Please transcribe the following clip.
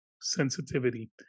sensitivity